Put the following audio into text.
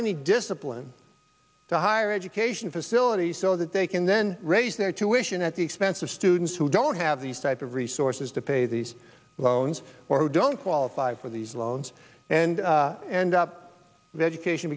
any discipline to higher education facility so that they can then raise their tuition at the expense of students who don't have these type of resources to pay these loans or who don't qualify for these loans and end up the education